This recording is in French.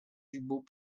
dubos